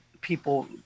people